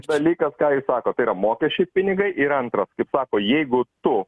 dalykas ką jūs sakot tai yra mokesčius pinigai ir antras kaip sako jeigu tu